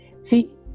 See